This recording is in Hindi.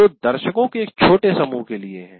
जो दर्शकों के एक छोटे समूह के लिए है